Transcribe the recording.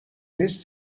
نیست